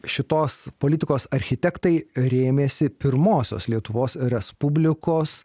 šitos politikos architektai rėmėsi pirmosios lietuvos respublikos